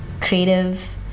creative